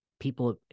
people